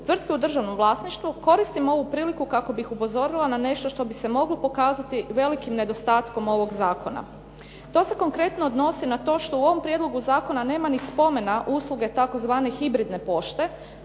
tvrtke u državnom vlasništvu koristim ovu priliku kako bih upozorila na nešto što bi se moglo pokazati velikim nedostatkom ovog zakona. To se konkretno odnosi na to što u ovom prijedlogu zakona nema ni spomena usluge tzv. hibridne pošte